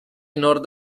nord